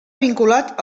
vinculat